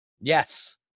Yes